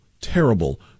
terrible